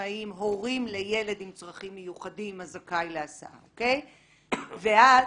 פרודים/גרושים/עצמאיים/הורים לילד עם צרכים מיוחדים הזכאי להסעה ואז